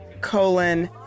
colon